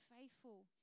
faithful